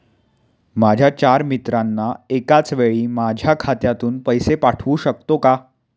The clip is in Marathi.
माझ्या चार मित्रांना एकाचवेळी माझ्या खात्यातून पैसे पाठवू शकतो का?